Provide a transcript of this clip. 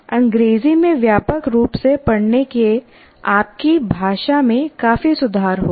अंग्रेजी में व्यापक रूप से पढ़ने से आपकी भाषा में काफी सुधार होगा